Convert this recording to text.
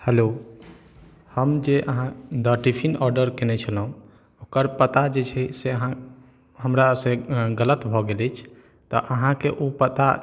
hello हम जे अहाँ लग टिफिन ऑर्डर कयने छलहुँ ओकर पता जे छै से अहाँ हमरासँ गलत भऽ गेल अछि तऽ अहाँके ओ पता